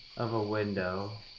of a window,